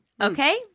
Okay